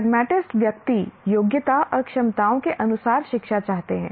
pragmatist व्यक्ति योग्यता और क्षमताओं के अनुसार शिक्षा चाहते हैं